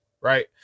right